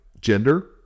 gender